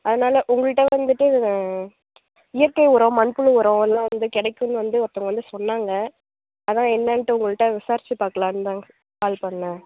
அதனால் உங்கள்கிட்ட வந்துவிட்டு இயற்கை உரம் மண் புல் உரம் எல்லாம் வந்து கிடைக்குன்னு வந்து ஒருத்தவங்க வந்து சொன்னாங்க அதான் என்னென்ட்டு உங்கள்கிட்ட விசாரிச்சு பார்க்கலான்னுதான் கால் பண்ணோம்